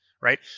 Right